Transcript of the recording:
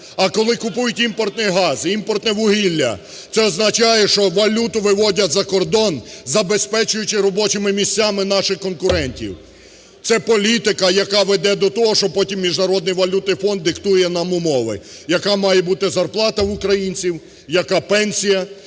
А коли купують імпортний газ і імпортне вугілля, це означає, що валюту виводять за кордон, забезпечуючи робочими місцями наших конкурентів. Це політика, яка веде до того, що потім Міжнародний валютний фонд диктує нам умови: яка має бути зарплата в українців, яка пенсія,